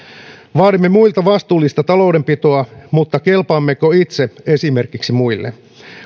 vaadimme muilta vastuullista taloudenpitoa mutta kelpaammeko itse esimerkiksi muille